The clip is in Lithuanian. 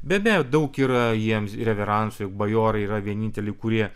be abejo daug yra jiems reveransų juk bajorai yra vieninteliai kurie